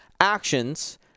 actions